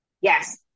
Yes